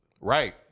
Right